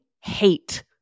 hate